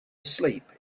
asleep